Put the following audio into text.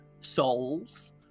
souls